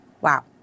Wow